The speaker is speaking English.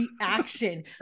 reaction